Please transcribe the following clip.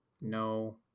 No